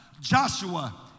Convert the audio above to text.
Joshua